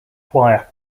choir